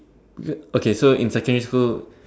yeah okay so in secondary school